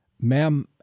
Ma'am